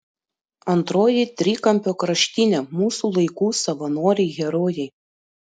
antroji trikampio kraštinė mūsų laikų savanoriai herojai